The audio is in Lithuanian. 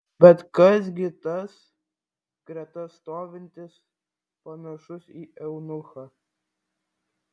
bet kas gi tas greta stovintis panašus į eunuchą